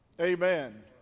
Amen